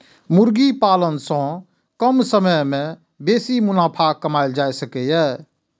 मुर्गी पालन सं कम समय मे बेसी मुनाफा कमाएल जा सकैए